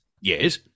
Yes